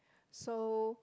so